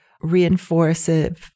reinforcing